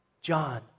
John